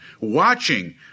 watching